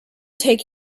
take